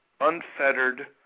unfettered